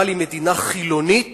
אבל היא מדינה חילונית